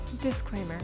Disclaimer